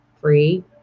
free